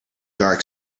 dark